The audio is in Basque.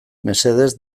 mesedez